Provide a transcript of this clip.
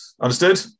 Understood